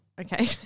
okay